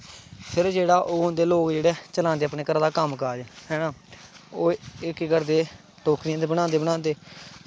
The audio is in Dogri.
ते ओह् होंदे लोग जेह्ड़े चलांदे अपने घरै दा कम्म काज हैना ओह् केह् करदे टोकरियां बनांदे बनांदे